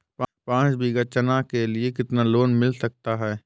पाँच बीघा चना के लिए कितना लोन मिल सकता है?